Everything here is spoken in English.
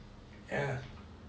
err